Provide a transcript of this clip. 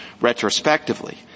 retrospectively